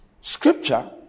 scripture